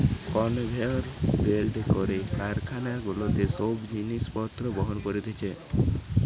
conveyor বেল্টে করে কারখানা গুলাতে সব জিনিস পত্র বহন করতিছে